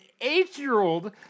eight-year-old